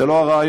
זה לא הרעיון,